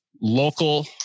local